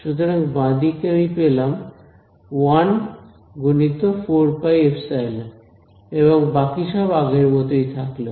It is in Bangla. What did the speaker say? সুতরাং বাঁদিকে আমি পেলাম 1 × 4πε এবং বাকি সব আগের মতোই থাকলো